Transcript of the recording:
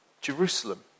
Jerusalem